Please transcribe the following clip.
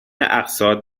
اقساط